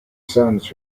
sons